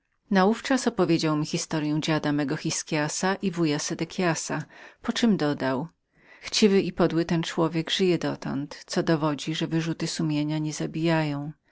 naówczas opowiedział mi historyę dziada mego hiskiasa i wuja sedekiasa po czem dodał człowiek ten chciwy i podły żyje dotąd co dowodzi że wyrzuty sumienia nie zabijają